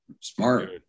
Smart